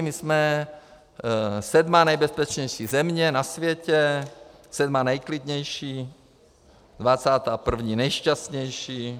My jsme sedmá nejbezpečnější země na světě, sedmá nejklidnější, dvacátá první nejšťastnější.